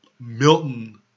Milton